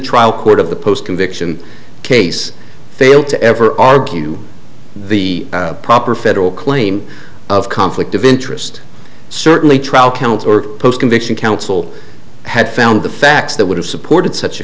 trial court of the post conviction case failed to ever argue the proper federal claim of conflict of interest certainly trial count or post conviction counsel had found the facts that would have supported such a